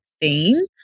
theme